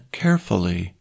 carefully